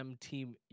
team